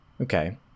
Okay